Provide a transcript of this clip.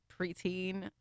preteen